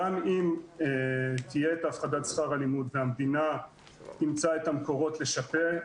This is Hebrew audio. גם אם תהיה הפחתת שכר לימוד והמדינה תמצא את המקורות לשפות,